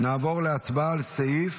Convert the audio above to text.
נעבור להצבעה על סעיף